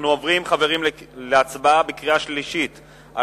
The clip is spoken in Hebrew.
אנחנו עוברים להצבעה בקריאה שלישית על